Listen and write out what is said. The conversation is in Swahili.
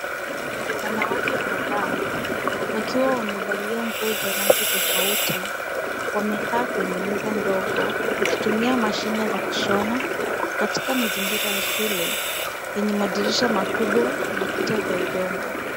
Wanawake kadhaa wakiwa wamevalia nguo za rangi tofauti, wamekaa kwenye meza ndogo, wakitumia mashine za kushona, katika mazingira ya shule yenye madirisha makubwa na kuta za udongo.